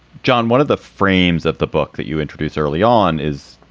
john, one of the frames of the book that you introduced early on is,